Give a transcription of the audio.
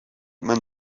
man